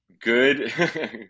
Good